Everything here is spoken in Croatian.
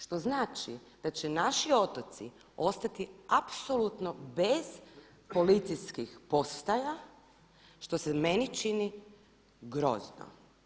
Što znači da će naši otoci ostati apsolutno bez policijskih postaja, što se meni čini grozno.